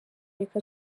reka